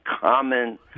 common